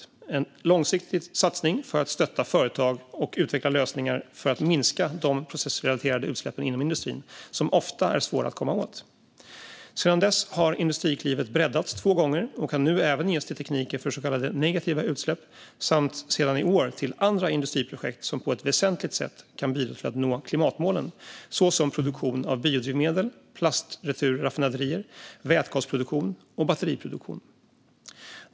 Det är en långsiktig satsning för att stötta företag att utveckla lösningar för att minska de processrelaterade utsläppen inom industrin som ofta är svåra att komma åt. Sedan dess har Industriklivet breddats två gånger och kan nu även ge stöd till tekniker för så kallade negativa utsläpp samt sedan i år till andra industriprojekt som på ett väsentligt sätt kan bidra till att nå klimatmålen, såsom produktion av biodrivmedel, plastreturraffinaderier, vätgasproduktion och batteriproduktion.